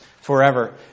Forever